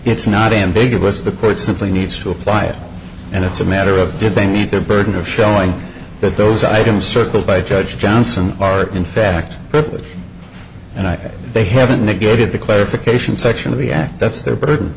it's not ambiguous the court simply needs to apply it and it's a matter of did they meet their burden of showing that those items circled by judge johnson are in fact if and i they haven't negated the clarification so i react that's their burden